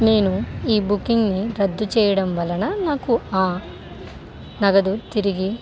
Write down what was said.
నేను ఈ బుకింగ్ని రద్దు చేయడం వలన నాకు ఆ నగదు తిరిగి